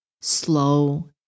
slow